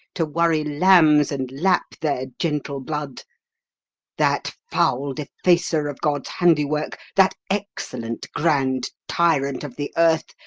to worry lambs and lap their gentle blood that foul defacer of god's handiwork that excellent grand tyrant of the earth,